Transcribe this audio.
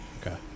Okay